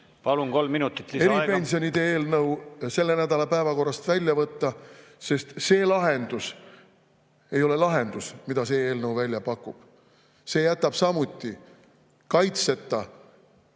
Palun, kolm minutit lisaaega! ... eripensionide eelnõu selle nädala päevakorrast välja võtta, sest see lahendus ei ole lahendus, mida see eelnõu välja pakub. See jätab samuti kaitseta